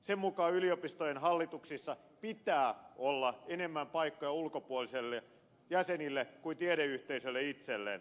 sen mukaan yliopistojen hallituksissa pitää olla enemmän paikkoja ulkopuolisille jäsenille kuin tiedeyhteisölle itselleen